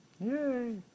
Yay